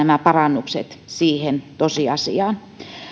nämä parannukset on suhteutettava siihen tosiasiaan